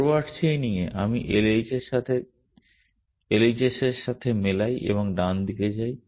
forward চেইনিংয়ে আমি LHS এর সাথে মিলাই এবং ডানদিকে যাই